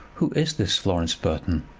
who is this florence burton?